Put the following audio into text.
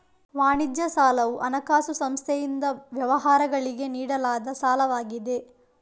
ವಾಣಿಜ್ಯ ಸಾಲವು ಹಣಕಾಸು ಸಂಸ್ಥೆಯಿಂದ ವ್ಯವಹಾರಗಳಿಗೆ ನೀಡಲಾದ ಸಾಲವಾಗಿದೆ